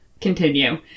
continue